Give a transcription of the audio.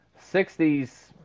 60s